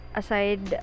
aside